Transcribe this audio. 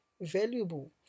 valuable